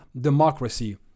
democracy